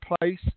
place